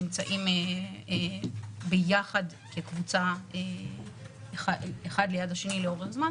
נמצאים ביחד כקבוצה אחד ליד השני לאורך זמן,